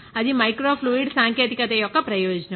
అది micro fluid సాంకేతికత యొక్క ప్రయోజనం